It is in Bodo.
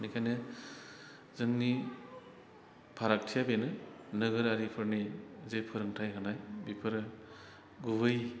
बेनिखायनो जोंनि फारागथिया बेनो नोगोरारिफोरनि जे फोरोंथाय होनाय बेफोरो गुबै